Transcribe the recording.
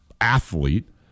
athlete